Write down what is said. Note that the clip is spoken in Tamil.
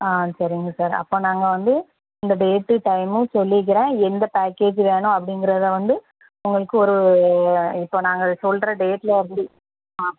ஆ சரிங்க சார் அப்போ நாங்கள் வந்து இந்த டேட்டு டைம்மும் சொல்லிக்கிறோம் எந்த பேக்கேஜ் வேணும் அப்படிங்கறத வந்து உங்களுக்கு ஒரு இப்போ நாங்கள் சொல்லுற டேட்டில் வந்து ஆ